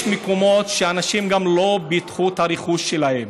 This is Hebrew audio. יש מקומות שבהם אנשים גם לא ביטחו את הרכוש שלהם,